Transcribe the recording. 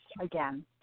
again